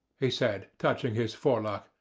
he said, touching his forelock,